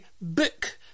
book